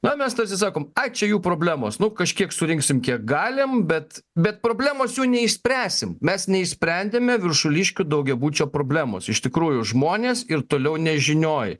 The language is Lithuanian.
na mes tarsi sakom ai čia jų problemos nu kažkiek surinksim kiek galim bet bet problemos jų neišspręsim mes neišsprendėme viršuliškių daugiabučio problemos iš tikrųjų žmonės ir toliau nežinioj